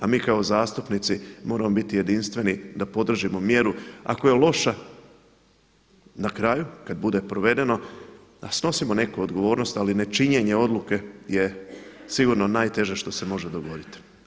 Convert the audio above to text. A mi kao zastupnici moramo biti jedinstveni da podržimo mjeru, ako je loša na kraju kada bude provedeno da snosimo neku odgovornost, ali nečinjenje odluke je sigurno najteže što se može dogoditi.